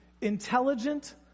intelligent